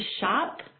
shop